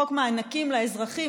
חוק מענקים לאזרחים,